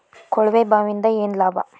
ಕೊಳವೆ ಬಾವಿಯಿಂದ ಏನ್ ಲಾಭಾ?